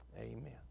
Amen